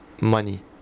money